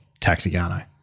Taxigano